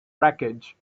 wreckage